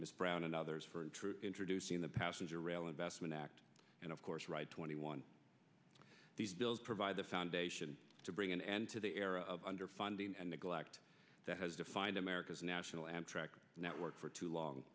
ms brown and others for a true introducing the passenger rail investment act and of course right twenty one these bills provide the foundation to bring an end to the era of underfunding and neglect that has defined america's national amtrak network for too long